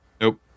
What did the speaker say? Nope